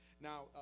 Now